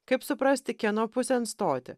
kaip suprasti kieno pusėn stoti